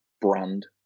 brand